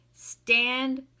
stand